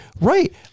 Right